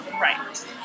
Right